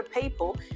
people